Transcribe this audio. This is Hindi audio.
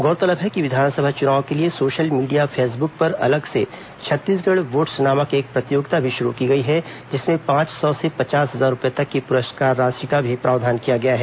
गौरतलब है कि विधानसभा चुनाव के लिए सोशल मीडिया फेसबुक पर अलग से छत्तीसगढ़ वोट्स नामक एक प्रतियोगिता भी शुरू की गई है जिसमें पांच सौ से पचास हजार रूपए तक की पुरस्कार राशि का भी प्रावधान किया गया है